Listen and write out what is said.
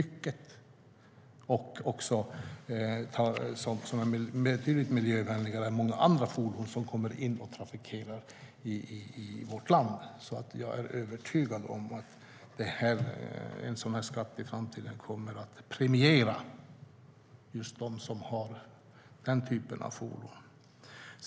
De är betydligt miljövänligare än många andra fordon som kommer in och trafikerar i vårt land. Jag är övertygad om att en sådan skatt i framtiden kommer att premiera just dem som har den typen av fordon.